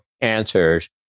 answers